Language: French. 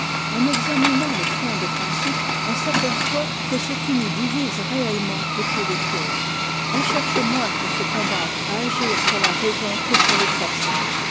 jen examinant le fond des principes on saperçoit que ce qui nous divise réellement est peu de chose on cherche moins pour se combattre à agir sur la raison que sur les passions